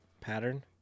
pattern